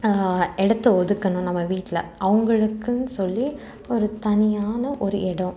இடத்த ஒதுக்கணும் நம்ம வீட்டில் அவங்களுக்குன்னு சொல்லி ஒரு தனியான ஒரு எடம்